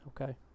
Okay